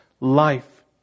life